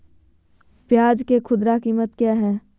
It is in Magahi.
प्याज के खुदरा कीमत क्या है?